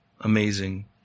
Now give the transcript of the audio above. Amazing